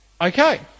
Okay